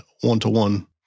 one-to-one